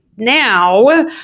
now